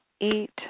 eat